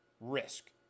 risk